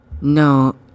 No